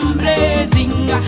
blazing